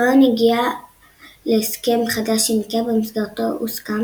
גאון הגיעה להסכם חדש עם איקאה במסגרתו הוסכם